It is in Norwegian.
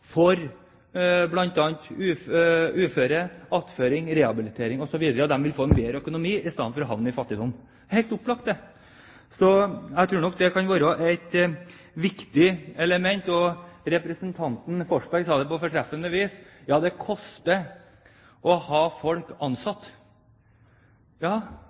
uføre, på attføring, rehabilitering osv. De vil få bedre økonomi, i stedet for å havne i fattigdom. Det er helt opplagt. Jeg tror nok at det kan være et viktig element. Representanten Forsberg sa det på et fortreffelig vis: «For det koster penger å ha folk